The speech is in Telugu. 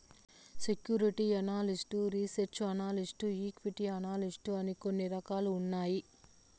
security analyst research analyst equity analyst అని కొన్ని రకాలు ఉన్నాయి